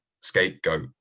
scapegoat